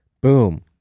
Boom